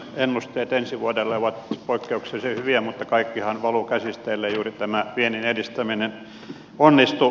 ennusteet ensi vuodelle ovat poikkeuksellisen hyviä mutta kaikkihan valuu käsistä ellei juuri tämä viennin edistäminen onnistu